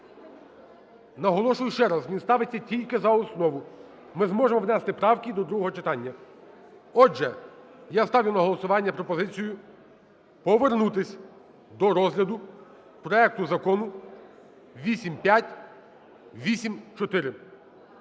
Наголошую ще раз, він ставиться тільки за основу. Ми зможемо внести правки до другого читання. Отже, я ставлю на голосування пропозицію повернутись до розгляду проекту Закону 8584.